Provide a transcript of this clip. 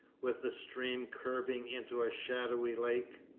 with the stream curving into a shadowy lake,